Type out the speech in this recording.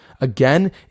again